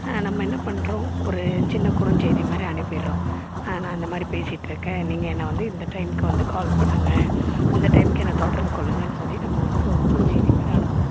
நம்ம என்ன பண்ணுறோம் ஒரு சின்ன குறுஞ்செய்தி மாதிரி அனுப்பிடுறோம் நான் இந்த மாதிரி பேசிகிட்ருக்கேன் நீங்கள் என்னை வந்து இந்த டைமுக்கு வந்து கால் பண்ணுங்க இந்த டைமுக்கு என்ன தொடர்புகொள்ளுங்கள்னு சொல்லி நம்ம வந்து ஒரு குறுஞ்செய்தி மாதிரி அனுப்புகிறோம்